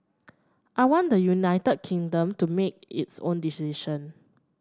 I want the United Kingdom to make its own decision